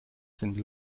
sind